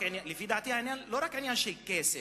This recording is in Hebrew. לפי דעתי העניין הוא לא רק עניין של כסף.